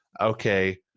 okay